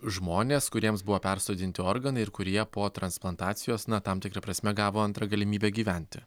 žmonės kuriems buvo persodinti organai ir kurie po transplantacijos na tam tikra prasme gavo antrą galimybę gyventi